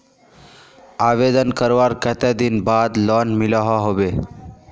आवेदन करवार कते दिन बाद लोन मिलोहो होबे?